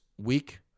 week